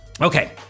okay